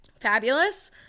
Fabulous